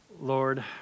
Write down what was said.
Lord